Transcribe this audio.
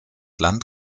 land